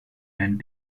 and